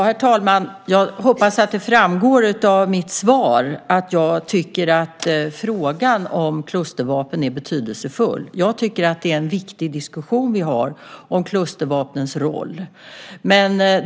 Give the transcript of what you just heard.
Herr talman! Jag hoppas att det framgår av mitt svar att jag tycker att frågan om klustervapen är betydelsefull. Jag tycker att det är en viktig diskussion vi har om klustervapnens roll.